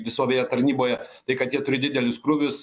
visoje tarnyboje tai kad jie turi didelius krūvius